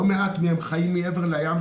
לא מעט מהילדים חיים מעבר לים,